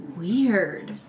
Weird